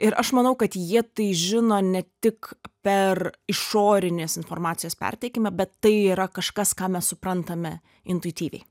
ir aš manau kad jie tai žino ne tik per išorinės informacijos perteikimą bet tai yra kažkas ką mes suprantame intuityviai